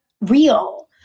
real